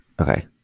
Okay